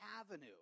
avenue